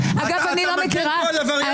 אתה מגן פה על עבריין שמורשע פעמיים.